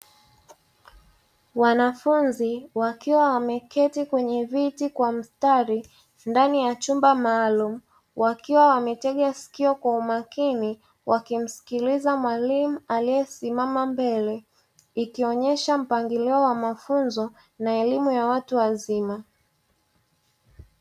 Wanafunzi wakiwa wameketi kwenye viti kwa mstari ndani ya chumba maalumu wakiwa wametega sikio kwa umakini wakimsikiliza mwalimu aliyesimama mbele ikionyesha mpangilio wa mafunzo na elimu ya watu wazima.